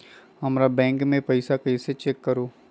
हमर बैंक में पईसा कईसे चेक करु?